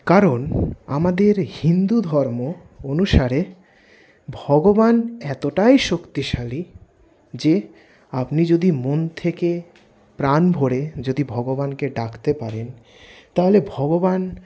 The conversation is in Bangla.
কারণ আমাদের হিন্দুধর্ম অনুসারে ভগবান এতটাই শক্তিশালী যে আপনি যদি মন থেকে প্রাণভরে যদি ভগবানকে ডাকতে পারেন তাহলে ভগবান